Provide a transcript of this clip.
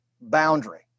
boundary